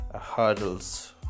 hurdles